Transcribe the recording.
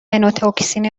مِنوتوکسین